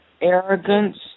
Arrogance